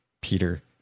Peter